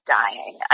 dying